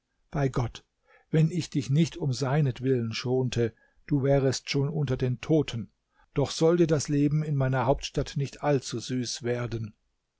bei gott wenn ich dich nicht um seinetwillen schonte du wärest schon unter den toten doch soll dir das leben in meiner hauptstadt nicht allzu süß werden